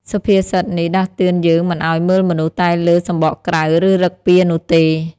សុភាសិតនេះដាស់តឿនយើងមិនឱ្យមើលមនុស្សតែលើសម្បកក្រៅ ឬឫកពានោះទេ។